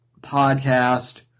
podcast